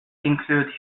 include